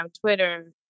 Twitter